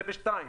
זה ב-2.